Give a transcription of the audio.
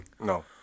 No